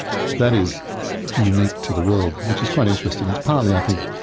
that is unique to the world, which is quite interesting. it's partly, i think,